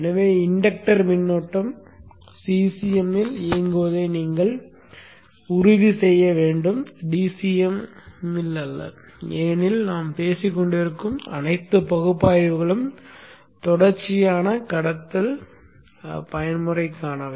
எனவே இன்டக்டர் மின்னோட்டம் CCM இல் இயங்குவதை நீங்கள் உறுதி செய்ய வேண்டும் DCM இல் அல்ல ஏனெனில் நாம் பேசிக்கொண்டிருக்கும் அனைத்து பகுப்பாய்வுகளும் தொடர்ச்சியான கடத்தல் பயன்முறைக்கானவை